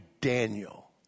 Daniel